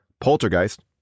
Poltergeist